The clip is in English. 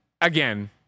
again